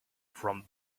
from